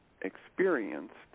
experienced